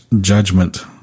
judgment